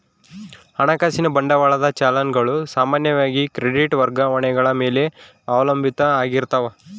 ಹಣಕಾಸಿನ ಬಂಡವಾಳದ ಚಲನ್ ಗಳು ಸಾಮಾನ್ಯವಾಗಿ ಕ್ರೆಡಿಟ್ ವರ್ಗಾವಣೆಗಳ ಮೇಲೆ ಅವಲಂಬಿತ ಆಗಿರ್ತಾವ